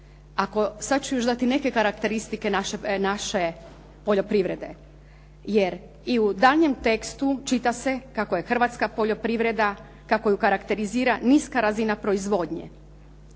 razumije./… da ti neke karakteristike naše poljoprivrede, jer i u daljnjem tekstu čita se kako je hrvatska poljoprivreda, kako ju karakterizira niska razina proizvodnje.